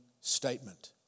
statement